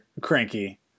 cranky